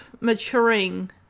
maturing